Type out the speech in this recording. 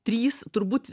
trys turbūt